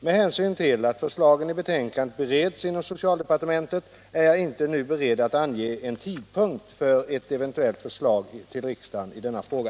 Med hänsyn till att förslagen i betänkandet bereds inom socialdepartementet är jag inte nu beredd att ange en tidpunkt för ett eventuellt förslag till riksdagen i denna fråga.